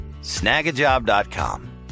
snagajob.com